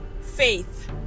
faith